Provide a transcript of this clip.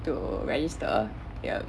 to register yes